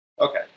Okay